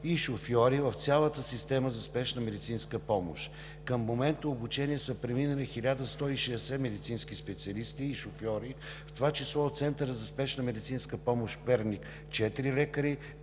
и шофьори в цялата система за спешна медицинска помощ. Към момента са преминали обучение 1160 медицински специалисти и шофьори, в това число от Центъра за спешна медицинска помощ – Перник, четирима лекари,